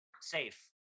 safe